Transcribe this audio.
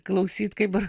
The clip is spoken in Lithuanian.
klausyt kaip